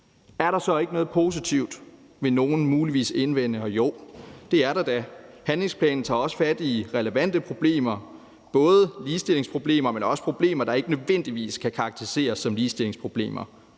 Er der så ikke noget positivt? vil nogle muligvis indvende, og jo, det er der da: Handlingsplanen tager også fat i relevante problemer, både ligestillingsproblemer, men også problemer, der ikke nødvendigvis kan karakteriseres som ligestillingsproblemer.